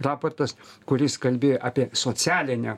raportas kuris kalbėj apie socialinę